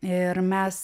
ir mes